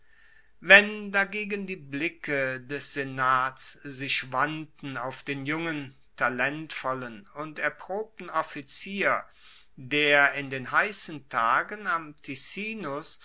wenn dagegen die blicke des senats sich wandten auf den jungen talentvollen und erprobten offizier der in den heissen tagen am